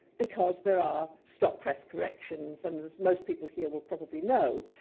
because there are stop-press corrections. and as most people here will probably know,